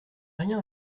rien